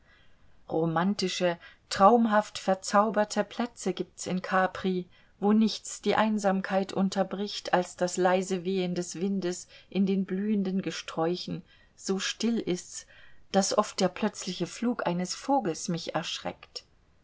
romantische traumhaft verzauberte plätze gibt's in capri wo nichts die einsamkeit unterbricht als das leise wehen des windes in den blühenden gesträuchen so still ist's daß oft der plötzliche flug eines vogels mich erschreckt